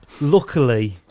Luckily